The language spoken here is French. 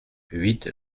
huit